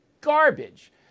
garbage